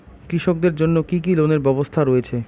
কৃষকদের জন্য কি কি লোনের ব্যবস্থা রয়েছে?